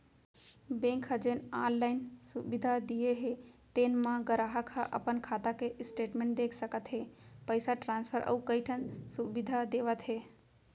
bank ह जेन online सुबिधा दिये हे तेन म गराहक ह अपन खाता के स्टेटमेंट देख सकत हे, पइसा ट्रांसफर अउ कइ ठन सुबिधा देवत हे